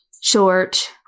short